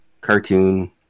cartoon